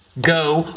Go